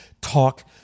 talk